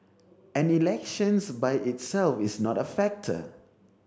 and elections by itself is not a factor